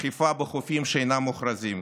אכיפה בחופים שאינם מוכרזים,